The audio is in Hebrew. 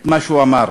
את מה שהוא אמר: